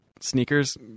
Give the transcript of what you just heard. sneakers